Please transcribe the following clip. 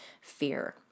fear